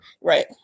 right